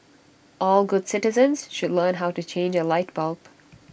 all good citizens should learn how to change A light bulb